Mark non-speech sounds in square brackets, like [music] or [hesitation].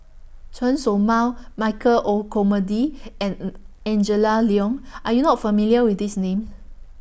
Chen Show Mao Michael Olcomendy and [hesitation] Angela Liong Are YOU not familiar with These Names